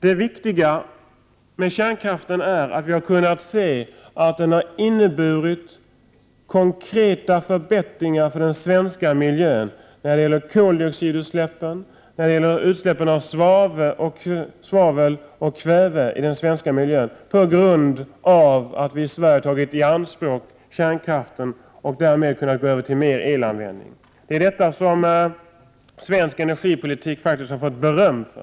Det viktiga med kärnkraften är att vi har kunnat se att den har inneburit konkreta förbättringar för den svenska miljön när det gäller koldioxidutsläppen liksom utsläppen av svavel och kväve. Dessa förbättringar beror på att vi i Sverige har tagit i anspråk kärnkraften och därmed kunnat gå över till mer elanvändning. Det är detta som svensk energipolitik faktiskt har fått beröm för.